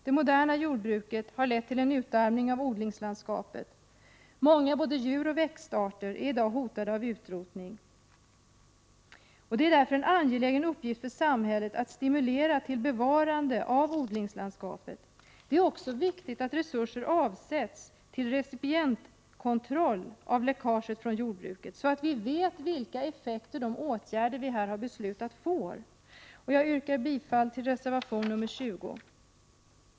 Det moderna jordbruket har lett till utarmning av odlingslandskapet. Många både djuroch växtarter är i dag hotade av utrotning. Det är därför en angelägen uppgift för samhället att stimulera till bevarande av odlingslandskapet. Det är också viktigt att resurser avsetts till recipientkontroll av läckaget från jordbruket, så att vi vet vilka effekter de åtgärder får som vi här har beslutat om. Jag yrkar bifall till reservation 20.